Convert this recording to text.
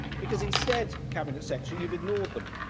because instead, cabinet secretary, you've ignored them.